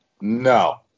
No